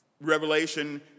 Revelation